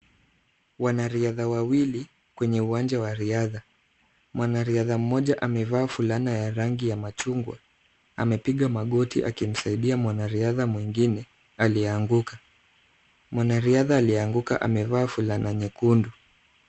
Wanariadha wawili kwenye uwanja wa riadha. Mwanariadha mmoja amevaa fulana ya rangi ya machungwa. Amepiga magoti akimsaidia mwanariadha mwingine aliyeanguka. Mwanariadha aliyeanguka amevaa fulana nyekundu.